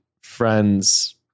friend's